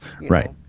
Right